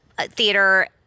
theater